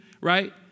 right